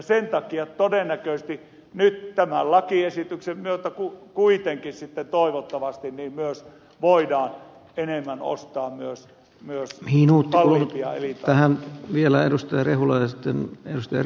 sen takia todennäköisesti nyt tämän lakiesityksen myötä kuitenkin toivottavasti voidaan enemmän ostaa myös mihin uutta lajia eli tähän vielä parempia elintarvikkeita